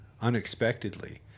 unexpectedly